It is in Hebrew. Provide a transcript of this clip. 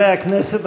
חברי הכנסת,